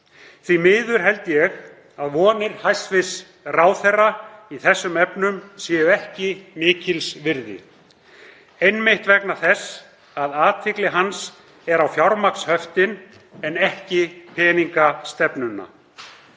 Því miður held ég að vonir hæstv. ráðherra í þessum efnum séu ekki mikils virði einmitt vegna þess að athygli hans er á fjármagnshöftin en ekki peningastefnuna.